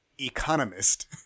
economist